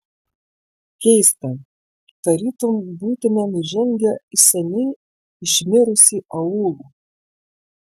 keista tarytum būtumėm įžengę į seniai išmirusį aūlą